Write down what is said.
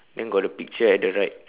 then got the picture at the right